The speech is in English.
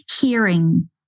hearing